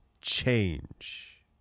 change